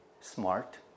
smart